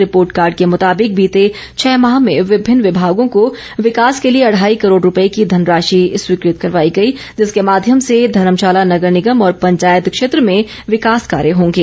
report card के मुताबिक बीते छः माह में विभिन्न विभागों को विकास के लिए अढ़ाई करोड़ रूपए की धनराशि स्वीकृत करवाई गई जिसके माध्यम से धर्मशाला नगर निगम और पंचायत क्षेत्र में विकास कार्य होंगे